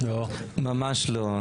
לא, ממש לא.